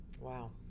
Wow